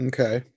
Okay